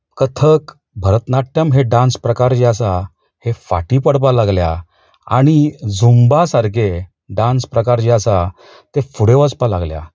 कथक भरतनाट्यम हे डान्स प्रकार जे आसात हे फाटी पडपाक लागल्या आणी झुंबा सारकें डान्स प्रकार जे आसा तें फुडे वचपाक लागल्या